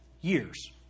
years